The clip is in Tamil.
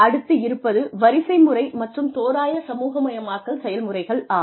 அடுத்து இருப்பது வரிசை முறை மற்றும் தோராய சமூகமயமாக்கல் செயல்முறைகள் ஆகும்